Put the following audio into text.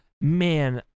man